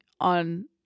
on